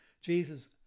Jesus